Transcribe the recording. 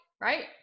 right